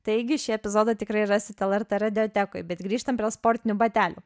taigi šį epizodą tikrai rasit lrt radiotekoj bet grįžtam prie sportinių batelių